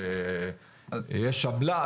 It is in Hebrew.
יש עמלה,